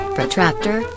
Protractor